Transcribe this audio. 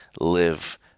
live